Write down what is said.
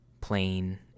plain